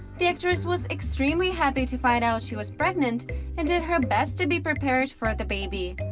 the actress was extremely happy to find out she was pregnant and did her best to be prepared for the baby.